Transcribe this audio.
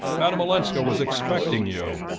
madame olenska was expecting you,